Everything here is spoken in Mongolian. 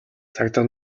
цагдаа